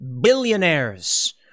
billionaires